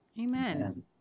amen